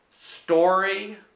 story